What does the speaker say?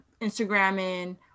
Instagramming